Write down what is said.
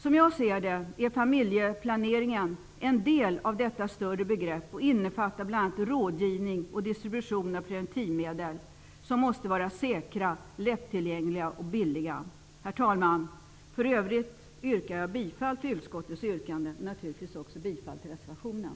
Som jag ser det är familjeplaneringen en del av detta större begrepp och innefattar bl.a. rådgivning och distribution av preventivmedel. Dessa måste vara säkra, lättillgängliga och billiga. Herr talman! För övrigt yrkar jag bifall till utskottets hemställan och naturligtvis också till reservationen.